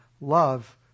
Love